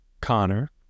Connor